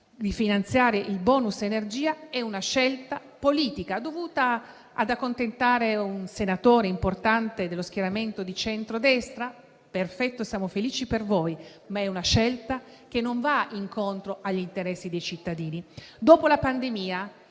rifinanziare il *bonus* energia è una scelta politica, diretta ad accontentare un senatore importante dello schieramento di centrodestra? Perfetto, siamo felici per voi, ma è una scelta che non va incontro agli interessi dei cittadini. Dopo la pandemia,